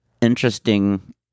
interesting